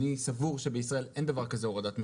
אני סבור שבמדינת ישראל אין דבר כזה הורדת מחירים.